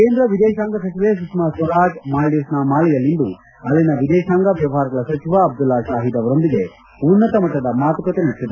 ಕೇಂದ್ರ ವಿದೇತಾಂಗ ಸಚಿವೆ ಸುಷ್ನಾ ಸ್ವರಾಜ್ ಮಾಲ್ವೀವ್ಗ್ನ ಮಾಲೆಯಲ್ಲಿಂದು ಅಲ್ಲಿನ ವಿದೇತಾಂಗ ವ್ಚವಹಾರಗಳ ಸಚಿವ ಅಬ್ದುಲ್ಲಾ ಶಾಹಿದ್ ಅವರೊಂದಿಗೆ ಉನ್ನತ ಮಟ್ಟದ ಮಾತುಕತೆ ನಡೆಸಿದರು